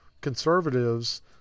conservatives